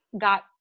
got